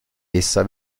essa